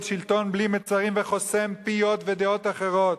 שלטון בלי מצרים וחוסם פיות ודעות אחרות,